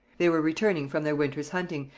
they were returning from their winter's hunting,